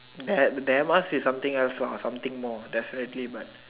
there there must be something else lah something more definitely but